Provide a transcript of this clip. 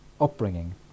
upbringing